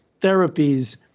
therapies